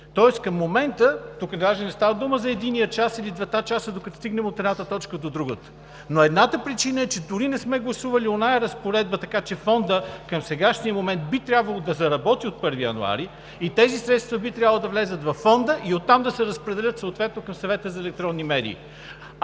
Тоест към момента тук даже не става дума за единия час или двата часа, докато стигнем от едната точка до другата, но едната причина е, че дори не сме гласували онази разпоредба, така че Фондът към сегашния момент би трябвало да заработи от 1 януари. Тези средства би трябвало да влязат във Фонда и оттам да се разпределят съответно към Съвета за електронни медии.